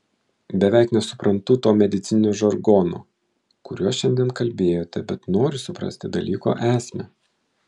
beveik nesuprantu to medicininio žargono kuriuo šiandien kalbėjote bet noriu suprasti dalyko esmę